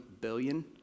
billion